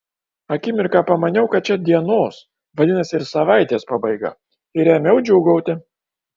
akimirką pamaniau kad čia dienos vadinasi ir savaitės pabaiga ir ėmiau džiūgauti